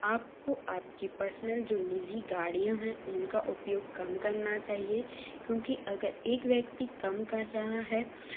आप को आप की पसनल जो निज़ी गाड़ियाँ हैं उनका उपयोग कम करना चाहिए क्योंकि अगर एक व्यक्ति कम कर रहा है